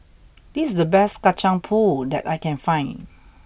this is the best kacang pool that I can find